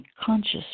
conscious